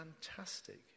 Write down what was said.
fantastic